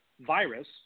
virus